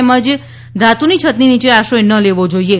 તેમજ ટીન કે ધાતુની છતની નીચે આશ્રય ન લેવો જોઈએ